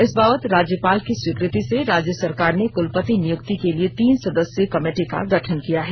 इस बाब राज्यपाल की स्वीकृति से राज्य सरकार ने कलपति नियुक्ति के लिए तीन सदस्यीय कमेटी का गठन किया है